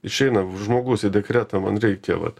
išeina žmogus į dekretą man reikia vat